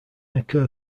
occur